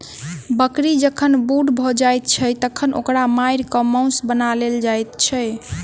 बकरी जखन बूढ़ भ जाइत छै तखन ओकरा मारि क मौस बना लेल जाइत छै